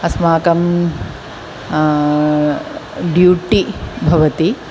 अस्माकं ड्यूटि भवति